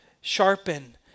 sharpen